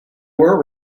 were